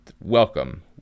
welcome